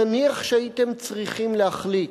נניח שהייתם צריכים להחליט,